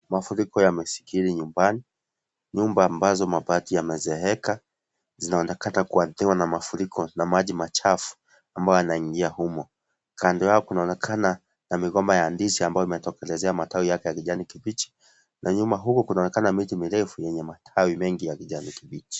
Mwafuriko yamesitiri nyumbani. Nyumba ambazo mabati ya mezeeka. Zinaonekana kuathiriwa na mafuriko na maji machafu, ambayo yanaingia humo. Kando yao kunaonekana na migomba ya ndizi ambayo imetokeleze ya matawi ya kajani kibichi. Na nyuma huku kunaonekana miti mirefu yanye matawi mengi ya kajani kibichi.